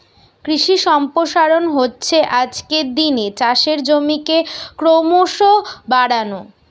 কৃষি সম্প্রসারণ হচ্ছে আজকের দিনে চাষের জমিকে ক্রোমোসো বাড়ানো